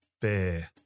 Bear